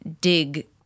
dig